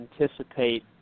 anticipate